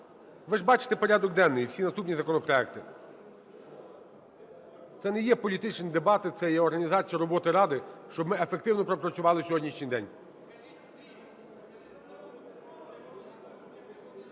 Ви ж бачите порядок денний, всі наступні законопроекти. Це не є політичні дебати, це є організація роботи Ради, щоб ми ефективно пропрацювали сьогоднішній день.